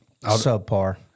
Subpar